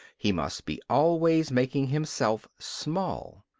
he must be always making himself small.